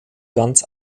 ganz